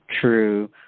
true